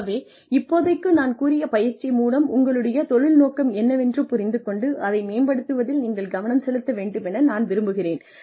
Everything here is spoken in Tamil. ஆகவே இப்போதைக்கு நான் கூறிய பயிற்சி மூலம் உங்களுடைய தொழில் நோக்கம் என்னவென்று புரிந்து கொண்டு அதை மேம்படுத்துவதில் நீங்கள் கவனம் செலுத்த வேண்டுமென நான் விரும்புகிறேன்